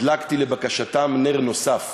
הדלקתי, לבקשתם, נר נוסף.